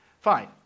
fine